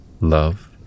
love